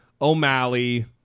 O'Malley